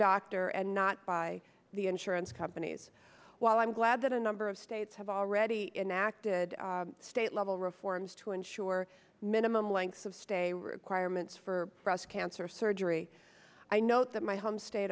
doctor and not by the insurance companies while i'm glad that a number of states have already enacted state level reforms to ensure minimum length of stay requirements for breast cancer surgery i note that my home state